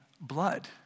blood